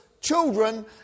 children